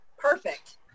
Perfect